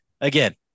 again